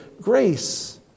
grace